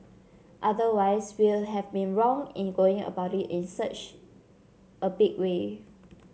otherwise we will have been wrong in going about it in such a big way